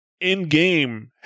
in-game